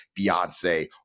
beyonce